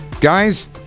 Guys